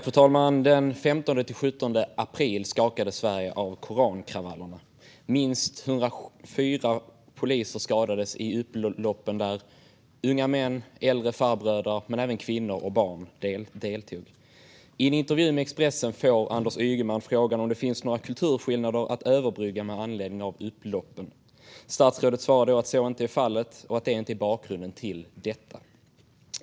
Fru talman! Den 15-17 april skakades Sverige av korankravallerna. Minst 104 poliser skadades i upploppen där unga män, äldre farbröder men även kvinnor och barn deltog. I en intervju med Expressen får Anders Ygeman frågan om det finns några kulturskillnader att överbrygga med anledning av upploppen. Statsrådet svarade då att så inte är fallet och att det inte är bakgrunden till detta.